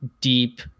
deep